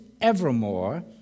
evermore